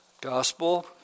gospel